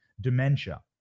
dementia